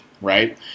right